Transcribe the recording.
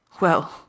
Well